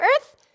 Earth